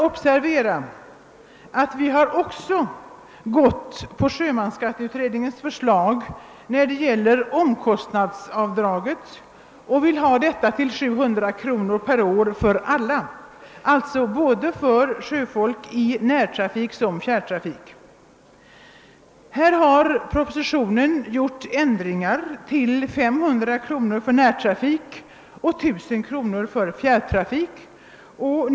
Observera att vi också går på sjömansskatteberedningens förslag när det gäller omkostnadsavdraget och vill ha 700 kr. per år för alla, alltså för sjöfolk i såväl närsom fjärrtrafik. Här har propositionen föreslagit en ändring till 500 kr. för närtrafik och till 1000 kr. för fjärrtrafik.